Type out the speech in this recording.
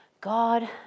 God